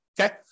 Okay